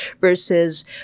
Versus